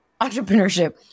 entrepreneurship